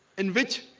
in which